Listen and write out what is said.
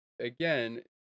again